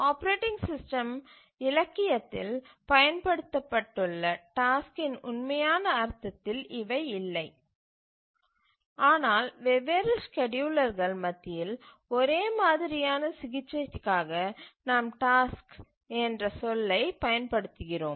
operating system இலக்கியத்தில் பயன்படுத்தப்பட்டுள்ள டாஸ்க்கின் உண்மையான அர்த்தத்தில் இவை இல்லை ஆனால் வெவ்வேறு ஸ்கேட்யூலர்கள் மத்தியில் ஒரே மாதிரியான சிகிச்சைக்காக நாம் டாஸ்க்கு என்ற சொல்லைப் பயன்படுத்துகிறோம்